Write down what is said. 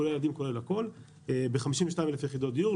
כולל ילדים וכולל הכול ב-52,000 יחידות דיור,